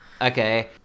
Okay